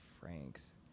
Frank's